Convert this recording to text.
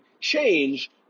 change